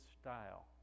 Style